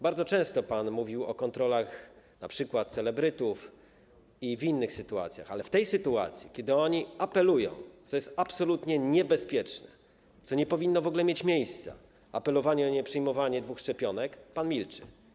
Bardzo często pan mówił o kontrolach np. celebrytów i w innych sytuacjach, ale w tej sytuacji, kiedy oni apelują, co jest absolutnie niebezpieczne, co nie powinno w ogóle mieć miejsca: apelowanie o nieprzyjmowanie szczepionek dwóch firm, pan milczy.